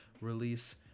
release